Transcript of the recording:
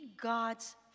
God's